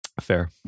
Fair